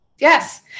yes